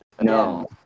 No